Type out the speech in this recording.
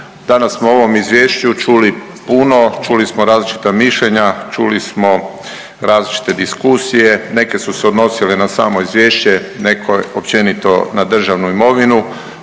Danas smo o ovom izvješću čuli puno, čuli smo različita mišljenja, čuli smo različite diskusije, neke su se odnosile na samo izvješće, neke općenito na državnu imovinu.